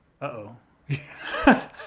Uh-oh